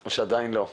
או עדיין לא?